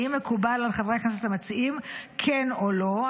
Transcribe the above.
האם מקובל על חברי הכנסת המציעים, כן או לא?